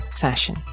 fashion